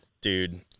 Dude